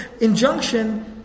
injunction